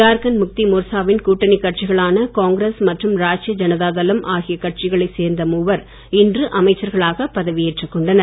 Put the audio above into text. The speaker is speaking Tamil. ஜார்கன்ட் முக்தி மோர்சாவின் கூட்டணி கட்சிகளான காங்கிரஸ் மற்றும் ராஷ்ட்டிய ஜனதாதளம் ஆகிய கட்சிகளை சேர்ந்த மூவர் இன்று அமைச்சர்களாக பதவி ஏற்றுக் கொண்டனர்